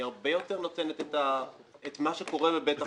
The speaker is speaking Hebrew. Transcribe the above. היא הרבה יותר נותנת את מה שקורה בבית החולים.